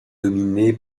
dominé